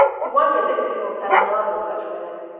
he wondered that people fell in love with such women.